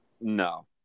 No